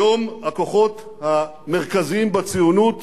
היום הכוחות המרכזיים בציונות